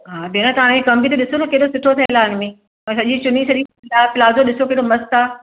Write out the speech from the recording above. हा भेण तव्हां ई कमु बि त ॾिसो न केॾो सुठो थियल आहे हिन में हरी चुनी सॼी डार्क प्लाज़ो ॾिसो केॾो मस्तु आहे